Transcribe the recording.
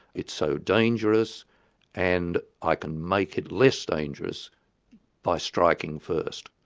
it's so dangerous and i can make it less dangerous by striking first.